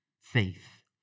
faith